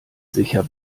sicher